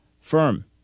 firm